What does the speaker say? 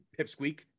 pipsqueak